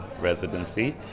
residency